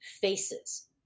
faces